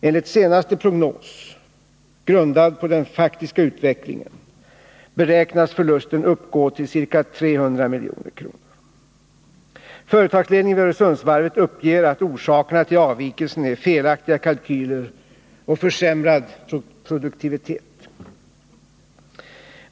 Enligt senaste prognos, grundad på den faktiska utvecklingen, beräknas förlusten uppgå till ca 300 milj.kr. Företagsledningen för Öresundsvarvet uppger att orsakerna till avvikelsen är felaktiga kalkyler och försämrad produktivitet.